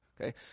Okay